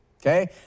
okay